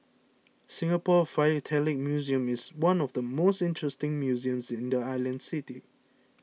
Singapore Philatelic Museum is one of the most interesting museums in the island city